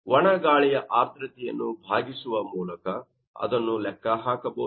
ಒಣ ಗಾಳಿಯ ಆರ್ದ್ರತೆಯನ್ನ ಭಾಗಿಸುವ ಮೂಲಕ ಅದನ್ನು ಲೆಕ್ಕ ಹಾಕಬಹುದು